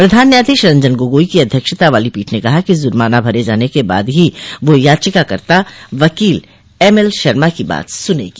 प्रधान न्यायाधीश रंजन गोगोई की अध्यक्षता वाली पीठ ने कहा कि जुर्माना भरे जाने के बाद ही वो याचिकाकर्ता वकील एमएल शर्मा की बात सुनेगी